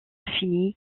fini